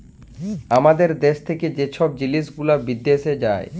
আমাদের দ্যাশ থ্যাকে যে ছব জিলিস গুলা বিদ্যাশে যায়